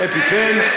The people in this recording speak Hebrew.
אז אפּיפּן.